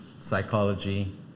Psychology